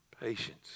patience